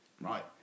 Right